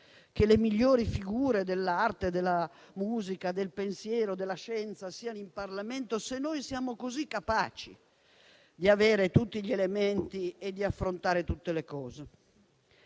che le migliori figure dell'arte, della musica, del pensiero e della scienza siano in Parlamento, se siamo così capaci di avere tutti gli elementi e di affrontare tutte le cose?